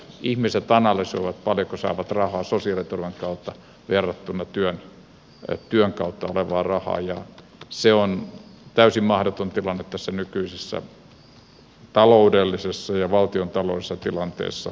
ihmiset analysoivat paljonko saavat rahaa sosiaaliturvan kautta verrattuna työn kautta tulevaan rahaan ja se on täysin mahdoton tilanne tässä nykyisessä taloudellisessa ja valtiontaloudellisessa tilanteessa